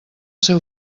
seu